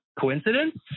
Coincidence